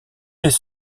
les